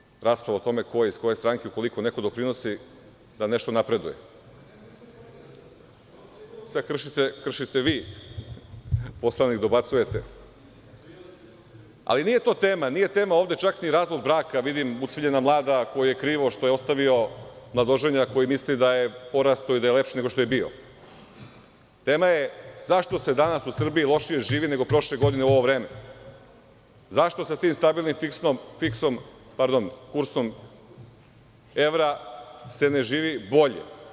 Čemu onda rasprava o tome ko je iz koje stranke ukoliko neko doprinosi da nešto napreduje? (Ivica Dači, sa mesta: Što se ljutite?) Sada kršite vi Poslovnik, dobacujete, ali to nije tema, nije tema ovde čak ni razvod braka, vidim ucveljena mlada kojoj je krivo što je ostavio mladoženja, koji misli da je porastao i da je lepši nego što je bio, tema je zašto se danas u Srbiji lošije živi nego prošle godine u ovo vreme, zašto se tim stabilnim kursom evra ne živi bolje?